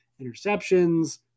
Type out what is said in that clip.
interceptions